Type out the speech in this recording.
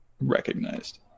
recognized